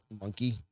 monkey